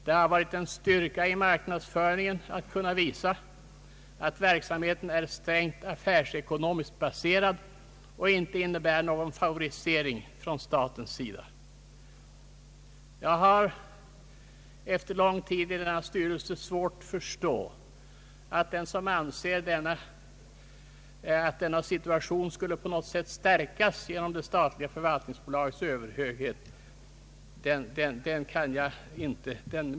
Det har varit en styrka i marknadsföringen att kunna visa på att verksamheten är strängt affärsekonomiskt baserad och inte innebär någon favorisering från staten. Jag har efter lång tid i denna styrelse svårt att förstå den som anser att denna situation skulle på något sätt stärkas genom det statliga förvaltningsbolagets överhöghet.